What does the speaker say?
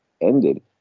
ended